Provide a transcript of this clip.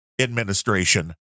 administration